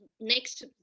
next